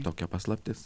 tokia paslaptis